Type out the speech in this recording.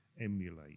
emulate